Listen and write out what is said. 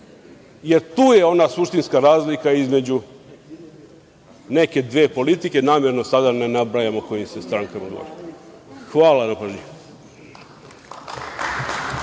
jer tu je ona suštinska razlika između neke dve politike, namerno sada ne nabrajam o kojim se strankama govori. Hvala na pažnji.